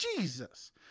Jesus